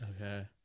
Okay